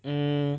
mm